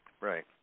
right